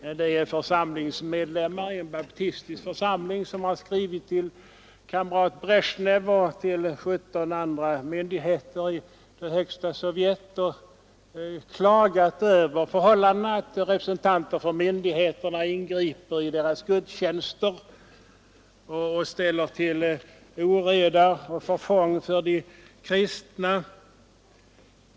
En del församlingsmedlemmar i en baptistisk församling har skrivit till kamrat Brezjnev och till 17 andra instanser i Högsta Sovjet och klagat över förhållandena. De har anfört att representanter från myndigheterna ingriper i deras gudstjänster och ställer till uppträden å det hänsynslösaste.